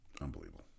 Unbelievable